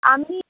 আমি